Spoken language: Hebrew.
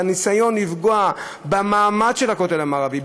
בניסיון לפגוע במעמד של הכותל המערבי,